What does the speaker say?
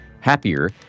happier